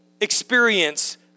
experience